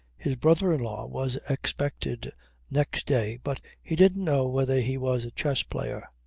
his brother-in law was expected next day but he didn't know whether he was a chess-player.